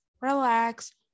relax